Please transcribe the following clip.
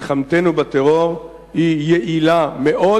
מלחמתנו בטרור היא יעילה מאוד,